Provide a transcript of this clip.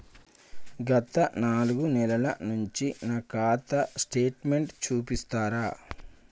గత నాలుగు నెలల నుంచి నా ఖాతా స్టేట్మెంట్ చూపిస్తరా?